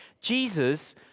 Jesus